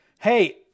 Hey